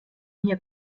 hier